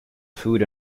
food